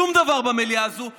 שום דבר במליאה הזאת.